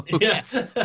yes